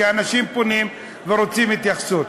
כי אנשים פונים ורוצים התייחסות.